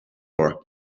war